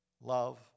love